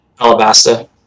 Alabasta